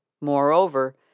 Moreover